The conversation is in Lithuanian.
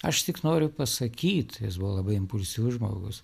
aš tik noriu pasakyt jis buvo labai impulsyvus žmogus